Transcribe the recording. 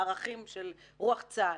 בערכים של רוח צה"ל.